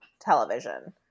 television